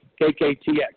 KKTX